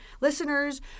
listeners